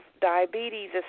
diabetes